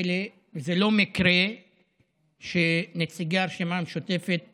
פלא וזה לא מקרה שנציגי הרשימה המשותפת